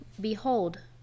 behold